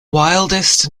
wildest